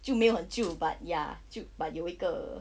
就没有很旧 but ya 就 but 有一个